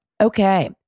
Okay